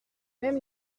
même